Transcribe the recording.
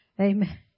Amen